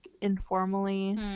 informally